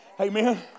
Amen